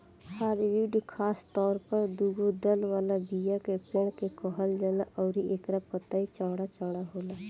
hardwood खासतौर पर दुगो दल वाला बीया के पेड़ के कहल जाला अउरी एकर पतई चौड़ा चौड़ा होला